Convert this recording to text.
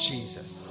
Jesus